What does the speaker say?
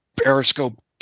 Periscope